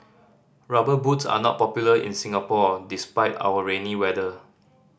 Rubber Boots are not popular in Singapore despite our rainy weather